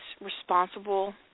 responsible